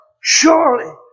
surely